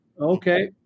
okay